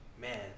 man